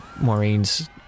Maureen's